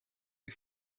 you